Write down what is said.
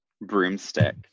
broomstick